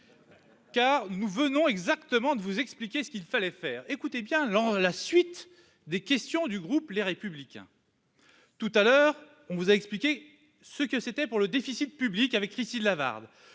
car nous venons exactement de vous expliquer ce qu'il fallait faire, écoutez bien la suite des questions du groupe, les républicains tout à l'heure, on vous a expliqué ce que c'était pour le déficit public avec Christine Lavarde